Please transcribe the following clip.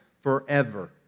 forever